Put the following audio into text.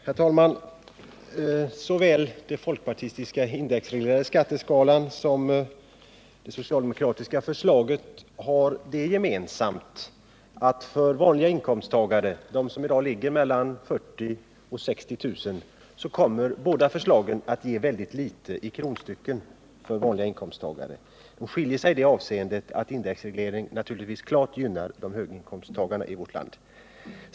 Herr talman! Såväl den folkpartistiska indexreglerade skatteskalan som det socialdemokratiska förslaget kommer för vanliga inkomsttagare, de som i dag har mellan 40 000 och 60 000 i inkomst, att ge väldigt litet i kronstycken. Förslagen skiljer sig åt i det avseendet att indexregleringen naturligtvis klart gynnar höginkomsttagarna i vårt land.